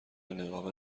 نقاب